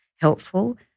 helpful